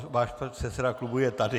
Váš předseda klubu je tady.